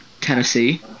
Tennessee